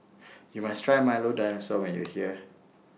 YOU must Try Milo Dinosaur when YOU here